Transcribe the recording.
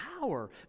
power